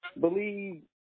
believe